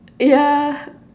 yeah